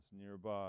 nearby